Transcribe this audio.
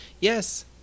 yes